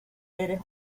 eres